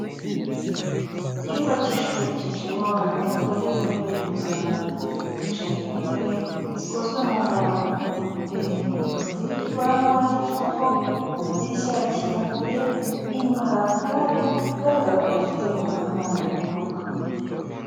Icyumba cy'ishuri cyicayemo abana batoya bambaye impuzankano, bicaye ku ntebe zikozwe mu mbaho, imbere bafiteyo ikibaho wandikiraho, amadirishya arakinguye, inyuma hari akagare, bigaragara ko bafite umwana ubana n'ubumuga.